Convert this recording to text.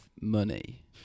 money